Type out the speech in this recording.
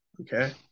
Okay